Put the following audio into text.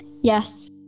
Yes